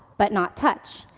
but not touch.